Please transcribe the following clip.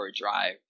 drive